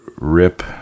rip